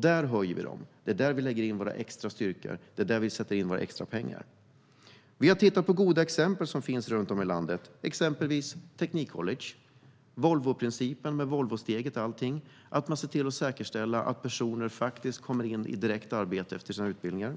Där höjer vi dem; det är där vi lägger in våra extra styrkor och sätter in våra extra pengar. Vi har tittat på goda exempel som finns runt om i landet, exempelvis Teknikcollege och Volvoprincipen med Volvosteget och allting. Man ser till att säkerställa att personer faktiskt kommer in direkt i arbete efter sina utbildningar.